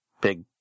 big